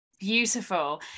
beautiful